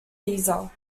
caesar